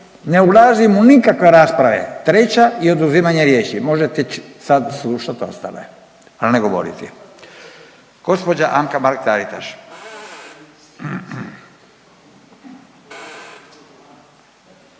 ne ulazim u nikakve rasprave, treća i oduzimanje riječi. Možete sad slušati ostale, a ne govoriti. Gospođa Anka Mrak Taritaš.